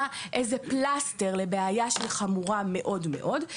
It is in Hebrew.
איזה פלסטר לבעיה שהיא חמורה מאוד מאוד.